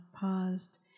paused